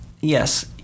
yes